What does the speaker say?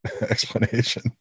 explanation